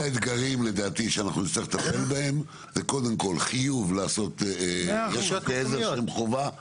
לדעתי אחד האתגרים שנצטרך לטפל בהם זה לחייב לעשות חוקי עזר.